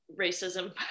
racism